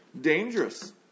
dangerous